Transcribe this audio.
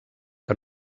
que